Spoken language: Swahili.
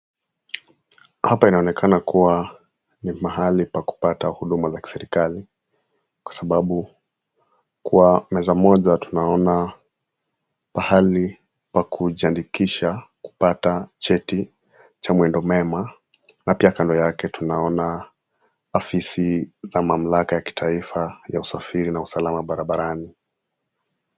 Hapa inaonekana kuwa ni mahali pa kupata huduma za kiserikali, kwa sababu kwa meza moja tunaona pahali pa kujiandikisha kupata cheti cha mwendo mema na pia kando yake tunaona afisi ya mamlaka ya kitaifa ya usafiri na usalama barabarani .